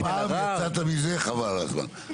הפעם יצאת מזה חבל על הזמן.